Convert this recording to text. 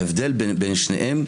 ההבדל בין שניהם,